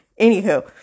anywho